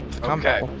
Okay